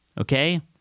okay